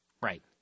Right